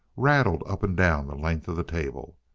rattled up and down the length of the table.